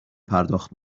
پرداخت